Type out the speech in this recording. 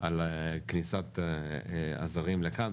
על כניסת הזרים לכאן.